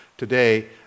Today